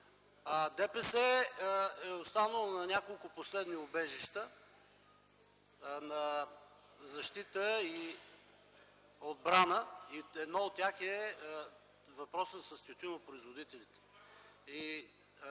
ДПС е останало на няколко последни убежища на защита и отбрана и едно от тях е въпросът с тютюнопроизводителите.